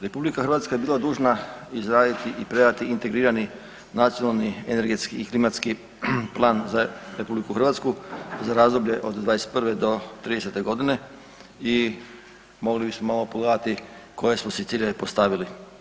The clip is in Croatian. RH je bila dužna izraditi i predati integrirani Nacionalni energetski i klimatski plan za RH za razdoblje od '21. do '30.g. i mogli bismo malo pogledati koje smo si ciljeve postavili.